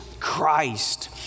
Christ